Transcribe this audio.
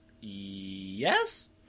yes